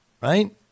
Right